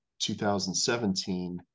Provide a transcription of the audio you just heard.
2017